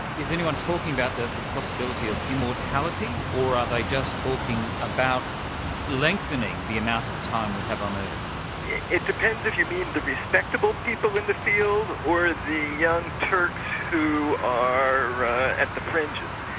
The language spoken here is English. is anyone talking about the the possibility of immortality, or are they just talking about lengthening the amount of time we have on earth? it it depends if you mean the respectable people in the field or the young turks who are at the fringes.